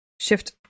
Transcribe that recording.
shift